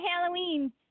Halloween